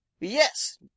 Yes